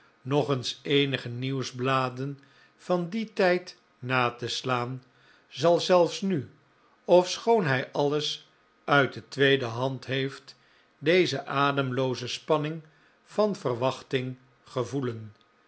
nog eens eenige nieuwsbladen van dien tijd na te slaan zal zelfs nu ofschoon hij alles uit de tweede hand heeft deze ademlooze spanning van verwachting gevoelen